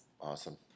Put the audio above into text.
Awesome